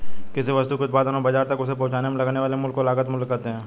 किसी वस्तु के उत्पादन और बाजार तक उसे पहुंचाने में लगने वाले मूल्य को लागत मूल्य कहते हैं